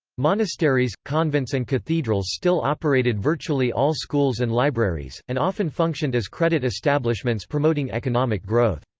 monasteries, convents and cathedrals still operated virtually all schools and libraries, and often functioned as credit establishments promoting economic growth.